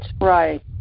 right